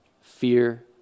fear